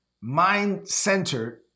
mind-centered